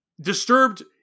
disturbed